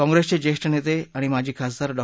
काँग्रेसचे ज्येष्ठ नेते आणि माजी खासदार डॉ